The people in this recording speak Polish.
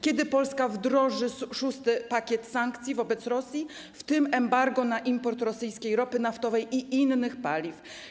Kiedy Polska wdroży szósty pakiet sankcji wobec Rosji, w tym embargo na import rosyjskiej ropy naftowej i innych paliw?